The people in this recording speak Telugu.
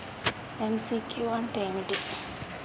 ఎమ్.సి.క్యూ అంటే ఏమిటి?